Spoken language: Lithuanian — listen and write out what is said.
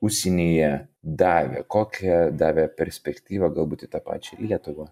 užsienyje davė kokią davė perspektyvą galbūt į tą pačią lietuvą